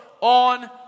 on